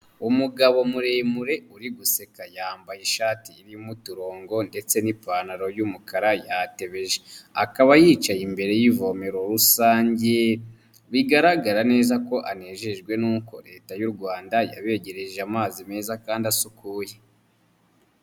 Umugabo muremure uri guseka yambaye ishati irimo uturongo ndetse n'ipantaro y'umukara yatebeje. Akaba yicaye imbere y'ivomero rusange, bigaragara neza ko anejejwe nuko leta y'u Rwanda yabegereje amazi meza kandi asukuye.